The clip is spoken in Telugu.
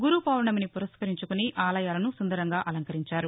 గురుపౌర్ణమిని పురస్కరించుకుని ఆలయాలను సుందరంగా అలంకరించారు